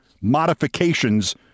modifications